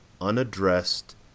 unaddressed